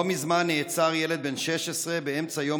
לא מזמן נעצר ילד בן 16 באמצע יום